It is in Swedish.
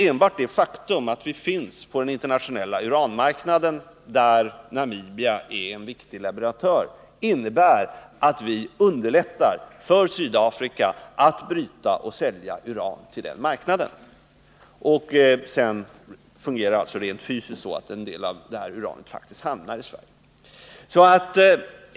Enbart det faktum att vi finns på den internationella uranmarknaden, där Namibia är en viktig leverantör, innebär att vi underlättar för Sydafrika att bryta och sälja uran på den marknaden. Sedan fungerar det alltså rent fysiskt så att en del av det uranet faktiskt hamnar i Sverige.